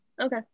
Okay